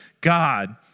God